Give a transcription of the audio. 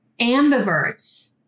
ambiverts